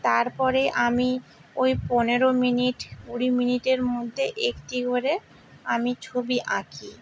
তারপরে আমি ওই পনেরো মিনিট কুড়ি মিনিটের মধ্যে একটি করে আমি ছবি আঁকি